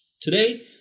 Today